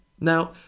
Now